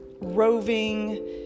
roving